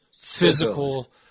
physical